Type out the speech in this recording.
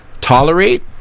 tolerate